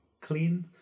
clean